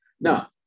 now